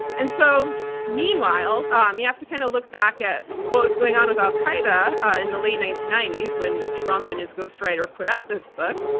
and so meanwhile, um you have to kind of look back at what was going on with al-qaeda in the late nineteen ninety s, when trump and his ghostwriter put out this book.